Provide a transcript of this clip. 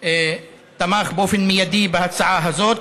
שתמך באופן מיידי בהצעה הזאת.